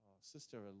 sister